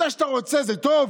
מתי שאתה רוצה זה טוב,